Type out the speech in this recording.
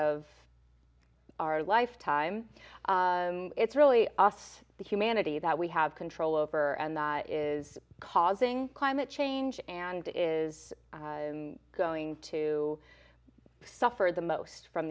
of our lifetime it's really us the humanity that we have control over busy and that is causing climate change and is busy going to suffer the most from